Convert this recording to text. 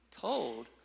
told